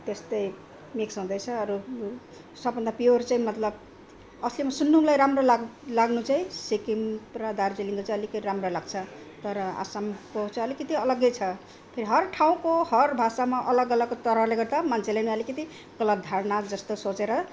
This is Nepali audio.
त्यस्तै मिक्स हुँदैछ अरू सबभन्दा प्योर चाहिँ मतलब असलीमा सुन्नुलाई राम्रो लाग् लाग्नु चाहिँ सिक्किम र दार्जिलिङको चाहिँ अलिकति राम्रो लाग्छ तर आसामको चाहिँ अलिकति अलग्गै छ हर ठाउँको हर भाषामा अलग अलग तरहले गर्दा मान्छेले नि अलिकति अलग धारणा जस्तो सोचेर